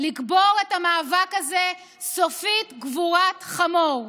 לקבור את המאבק הזה סופית קבורת חמור.